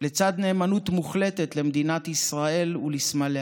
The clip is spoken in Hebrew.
לצד נאמנות מוחלטת למדינת ישראל ולסמליה.